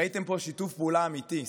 ראיתם פה שיתוף פעולה אמיתי.